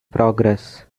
progress